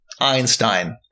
Einstein